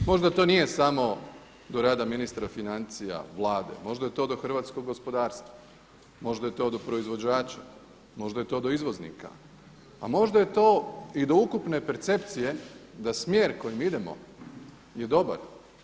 Možda to nije samo do rada ministra financija, Vlade, možda je to do hrvatskog gospodarstva, možda je to do proizvođača, možda je to do izvoznika, a možda je to i do ukupne percepcije da smjer kojim idemo je dobar.